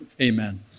Amen